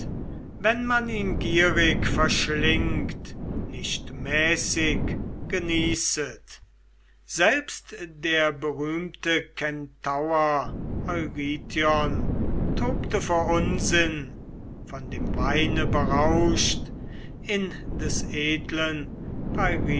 wenn man ihn gierig verschlingt nicht mäßig genießet selbst der berühmte kentaur eurytion tobte vor unsinn von dem weine berauscht in des edlen